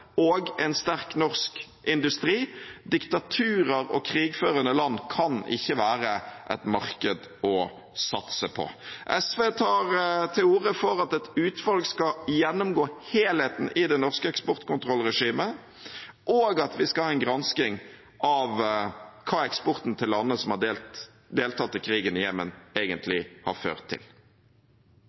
og en sterk norsk industri. Diktaturer og krigførende land kan ikke være et marked å satse på. SV tar til orde for at et utvalg skal gjennomgå helheten i det norske eksportkontrollregimet, og at vi skal ha en gransking av hva eksporten til landene som har deltatt i krigen i Jemen, egentlig har ført til.